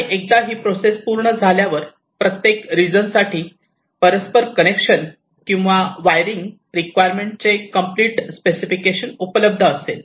आणि एकदा ही प्रोसेस पूर्ण झाल्यावर प्रत्येक रिजनसाठी परस्पर कनेक्शन किंवा वायरिंग रिक्वायरमेंट चे कम्प्लीट स्पेसिफिकेशन उपलब्ध असेल